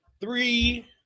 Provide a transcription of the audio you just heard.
three